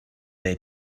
their